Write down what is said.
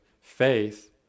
faith